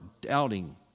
doubting